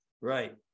right